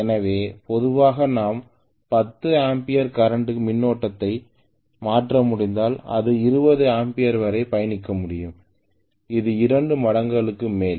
எனவே பொதுவாக நாம் 10 ஆம்பியர்களின் மின்னோட்டத்தை மாற்ற முடிந்தால் அது 20 ஆம்பியர் வரை பயணிக்க முடியும் இது இரண்டு மடங்குகளுக்கு மேல்